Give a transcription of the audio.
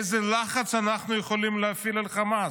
איזה לחץ אנחנו יכולים להפעיל על חמאס?